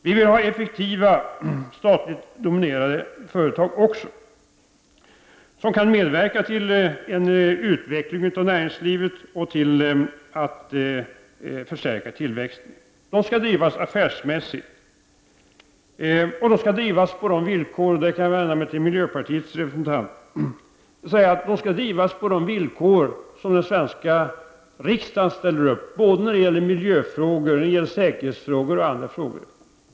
Vi vill ha effektiva statligt dominerade företag som kan medverka till en utveckling av näringslivet och till att förstärka tillväxten. De skall drivas affärsmässigt, och de skall drivas på de villkor — där kan jag vända mig till miljöpartiets representant — som den svenska riksdagen ställer upp, såväl när det gäller miljöfrågor som säkerhetsfrågor och andra frågor.